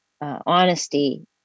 honesty